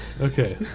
Okay